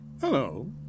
Hello